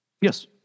Yes